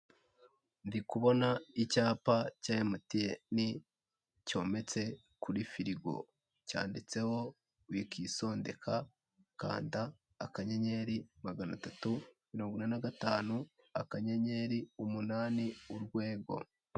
Ndi kubona icyapa cya MTN cyometse kuri firigo cyanditseho wikisonndeka kanda akanyenyeri magana atatu mirongo ine na gatanu akanyenyeri umunani urwego.